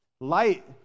Light